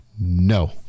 No